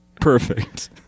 Perfect